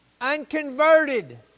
unconverted